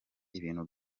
ibintu